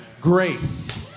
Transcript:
Grace